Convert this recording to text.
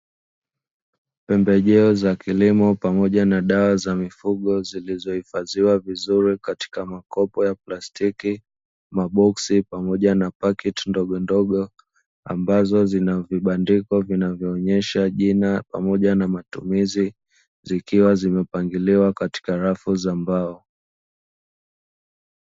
Pembejeo za kilimo pamoja na dawa za mifugo zilizohifadhiwa vizuri katika makopo ya plastiki, maboksi pamoja na pakiti ndogondogo ambazo zina vibandiko vinavyoonyesha jina pamoja na matumizi, zikiwa zimepangiliwa katika rafu za mbao.